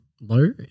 low